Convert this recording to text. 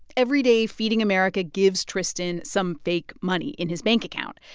every day, feeding america gives tristan some fake money in his bank account.